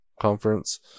conference